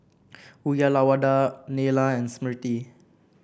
Uyyalawada Neila and Smriti